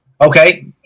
Okay